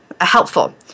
helpful